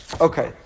Okay